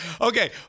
Okay